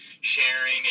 sharing